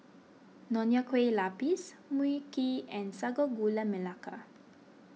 Nonya Kueh Lapis Mui Kee and Sago Gula Melaka